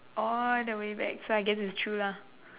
all the way back so I guess it's true lah